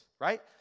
right